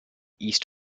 east